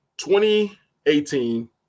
2018